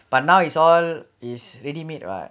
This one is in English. but now is all is ready made right